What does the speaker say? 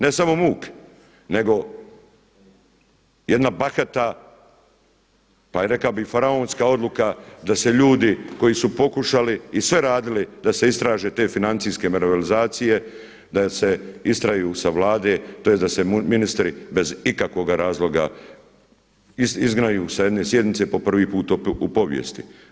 Ne samo muk, nego jedna bahata pa rekao bih i faraonska odluka da se ljudi koji su pokušali i sve radili da se istraže te financijske malverzacije, da se istjeraju sa Vlade, tj. da se ministri bez ikakvog razloga izgnaju sa jedne sjednice po prvi put u povijesti.